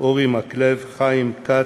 אורי מקלב, חיים כץ,